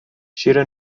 شیر